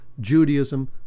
Judaism